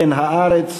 בן הארץ,